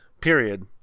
period